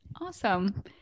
Awesome